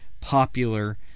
popular